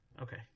okay